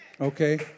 Okay